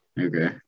Okay